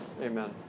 Amen